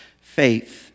faith